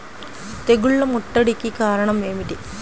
తెగుళ్ల ముట్టడికి కారణం ఏమిటి?